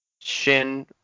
Shin